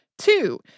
Two